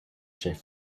shave